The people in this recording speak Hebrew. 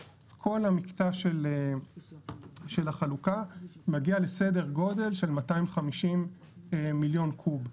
אז כל המקטע של החלוקה מגיע לסדר גודל של 250 מיליון קוב,